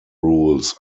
rules